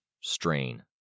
Strain